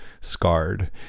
scarred